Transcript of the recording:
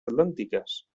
atlàntiques